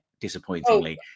disappointingly